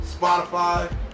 Spotify